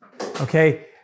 Okay